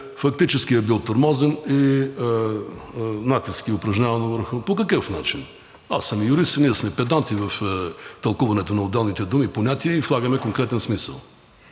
фактически е бил тормозен и натиск е упражняван върху него. По какъв начин? Аз съм юрист и ние сме педанти в тълкуването на отделните думи и понятия и влагаме конкретен смисъл.